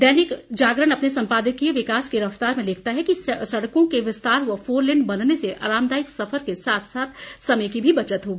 दैनिक जागरण अपने सम्पादकीय विकास को रफ्तार में लिखता है कि सड़कों के विस्तार व फोरलेन बनने से आरामदायक सफर के साथ समय की भी बचत होगी